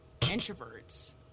introverts